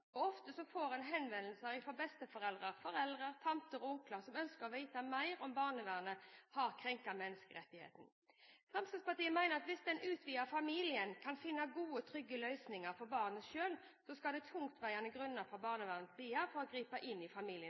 makt. Ofte får en henvendelser fra besteforeldre, foreldre, tanter og onkler som ønsker å vite mer om barnevernet har krenket menneskerettighetene. Fremskrittspartiet mener at hvis den utvidede familien kan finne gode og trygge løsninger for barnet selv, skal det tungtveiende grunner til fra barnevernets side for å gripe inn i